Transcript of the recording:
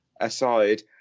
aside